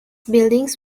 buildings